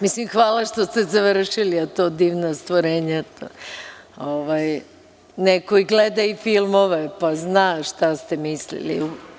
Mislim, hvala što ste završili, a za to „divna stvorenja“, neko gleda i filmove pa zna šta ste time mislili.